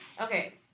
Okay